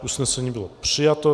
Usnesení bylo přijato.